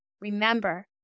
Remember